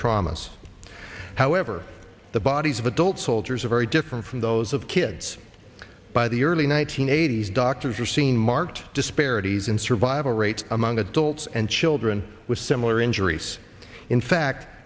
traumas however the bodies of adult soldiers are very different from those of kids by the early one nine hundred eighty s doctors are seeing marked disparities in survival rates among adults and children with similar injuries in fact